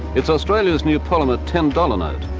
it's australia's new parliament ten dollar note.